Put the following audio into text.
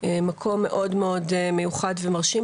מקום מאוד מיוחד ומרשים.